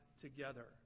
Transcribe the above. together